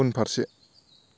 उनफारसे